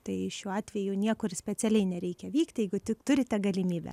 tai šiuo atveju niekur specialiai nereikia vykt jeigu tik turite galimybę